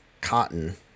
cotton